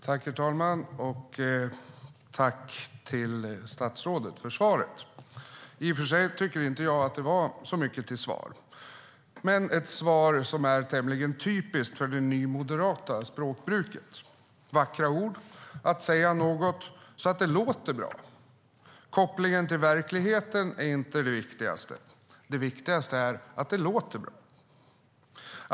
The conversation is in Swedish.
Herr talman! Jag tackar statsrådet för svaret. I och för sig tycker jag inte att det var så mycket till svar. Men det är ett svar som är tämligen typiskt för det nymoderata språkbruket. Det är vackra ord. Man säger något så att det låter bra. Kopplingen till verkligheten är inte det viktigaste. Det viktigaste är att det låter bra.